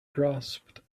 grasped